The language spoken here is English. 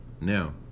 Now